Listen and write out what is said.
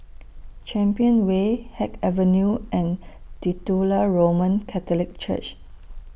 Champion Way Haig Avenue and Titular Roman Catholic Church